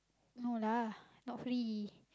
no lah not free